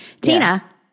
Tina